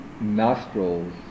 nostrils